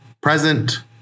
present